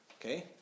Okay